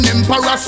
Emperor